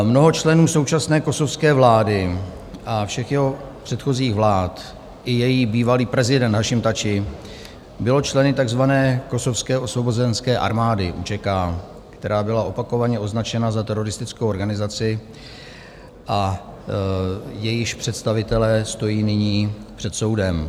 Mnoho členů současné kosovské vlády a všech jeho předchozích vlád, i její bývalý prezident Hashim Thaçi, bylo členy takzvané Kosovské osvobozenecké armády UÇK, která byla opakovaně označena za teroristickou organizaci a jejíž představitelé stojí nyní před soudem.